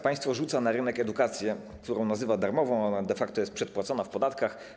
Państwo rzuca na rynek edukację, którą nazywa darmową, ona de facto jest przedpłacona w podatkach.